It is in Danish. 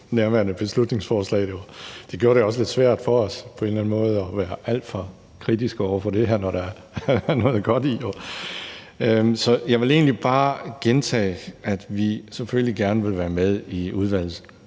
nærværende beslutningsforslag. Det gjorde det også på en eller anden måde lidt svært for os at være alt for kritiske over for det her, når der jo er noget godt i det. Jeg vil egentlig bare gentage, at vi selvfølgelig gerne vil være med i udvalgsbehandlingen